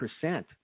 percent